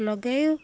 ଲଗାଇ